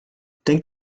denk